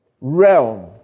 realm